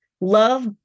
Love